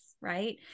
Right